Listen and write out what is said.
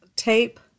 Tape